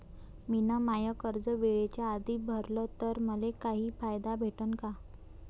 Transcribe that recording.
मिन माय कर्ज वेळेच्या आधी भरल तर मले काही फायदा भेटन का?